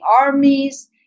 armies